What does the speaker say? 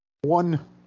One